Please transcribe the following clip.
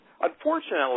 Unfortunately